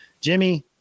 jimmy